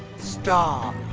stop!